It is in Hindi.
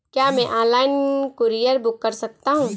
क्या मैं ऑनलाइन कूरियर बुक कर सकता हूँ?